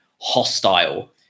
hostile